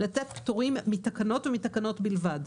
לתת פטורים מתקנות ומתקנות בלבד.